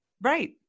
Right